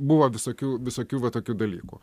buvo visokių visokių va tokių dalykų